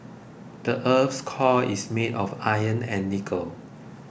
the earth's core is made of iron and nickel